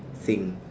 thing